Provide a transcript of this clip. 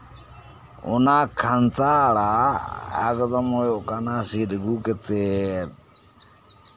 ᱚᱱᱟ ᱠᱷᱟᱱᱛᱟ ᱟᱲᱟᱜ ᱮᱠᱫᱚᱢ ᱦᱩᱭᱩᱜ ᱠᱟᱱᱟ ᱥᱤᱫ ᱟᱹᱜᱩ ᱠᱟᱛᱮᱜ